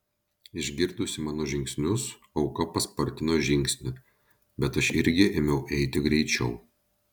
išgirdusi mano žingsnius auka paspartino žingsnį bet aš irgi ėmiau eiti greičiau